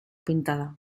pintada